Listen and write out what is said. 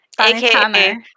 aka